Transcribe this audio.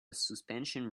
suspension